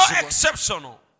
exceptional